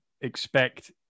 expect